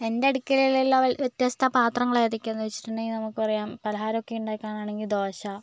എൻ്റെ അടുക്കളേലും വ്യത്യസ്ത പാത്രങ്ങൾ ഏതൊക്കെയാണെന്ന് വെച്ചിട്ടുണ്ടെങ്കിൽ നമുക്ക് പറയാം പലഹാരം ഒക്കെ ഉണ്ടാക്കാനാണെങ്കിൽ ദോശ